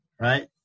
right